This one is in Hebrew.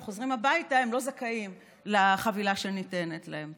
הם חוזרים הביתה, הם לא זכאים לחבילה שניתנת להם.